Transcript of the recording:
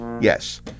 yes